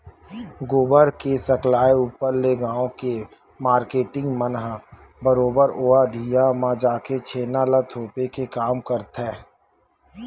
गोबर के सकलाय ऊपर ले गाँव के मारकेटिंग मन ह बरोबर ओ ढिहाँ म जाके छेना ल थोपे के काम करथे